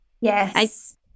Yes